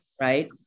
right